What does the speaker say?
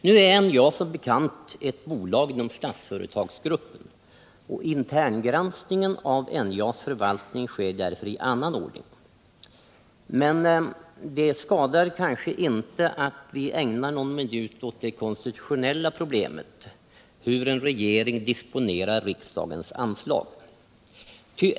Nu är NJA som bekant ett bolag inom Statsföretagsgruppen, och interngranskningen av NJA:s förvaltning sker därför i annan ordning. Men det skadar kanske inte att ägna någon minut åt det konstitutionella problemet hur en regering disponerar riksdagens anslag.